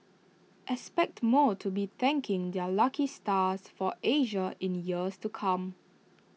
expect more to be thanking their lucky stars for Asia in years to come